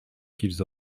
qu’ils